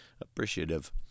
appreciative